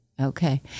Okay